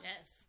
Yes